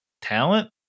talent